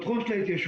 בתחום של ההתיישבות,